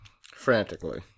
Frantically